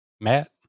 Matt